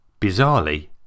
Bizarrely